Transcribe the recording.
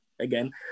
again